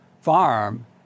farm